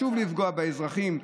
שוב לפגוע באזרחים,